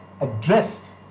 addressed